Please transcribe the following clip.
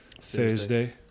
Thursday